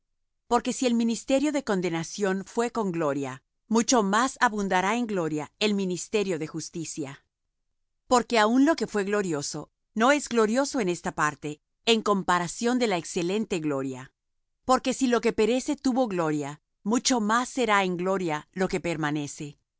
porque si el ministerio de condenación fué con gloria mucho más abundará en gloria el ministerio de justicia porque aun lo que fué glorioso no es glorioso en esta parte en comparación de la excelente gloria porque si lo que perece tuvo gloria mucho más será en gloria lo que permanece